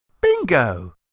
Bingo